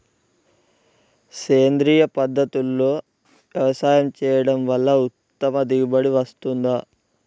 సేంద్రీయ పద్ధతుల్లో వ్యవసాయం చేయడం వల్ల ఉత్తమ దిగుబడి వస్తుందా?